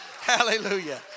hallelujah